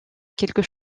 quelques